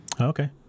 Okay